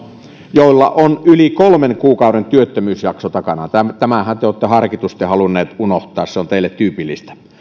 joilla on yli kolmen kuukauden työttömyysjakso takanaan tämänhän te olette harkitusti halunneet unohtaa se on teille tyypillistä